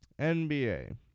NBA